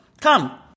Come